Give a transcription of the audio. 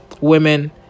women